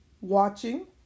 watching